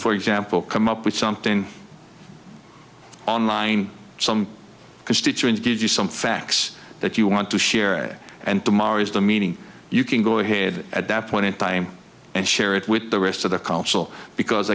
for example come up with something online some constituents give you some facts that you want to share and to mars the meeting you can go ahead at that point in time and share it with the rest of the council because